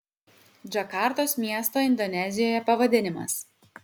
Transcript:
džakartos miesto indonezijoje pavadinimas